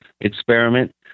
experiment